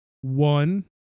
one